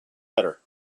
better